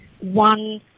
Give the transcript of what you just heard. one